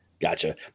gotcha